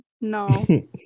no